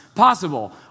possible